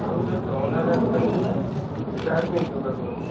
ଆଉ ଯୋଉ ଟହନା କାକା ଦୋକାନୀ ଥିଲା ସେ ତା'ର କେମିତି ବେପାର କରୁଛି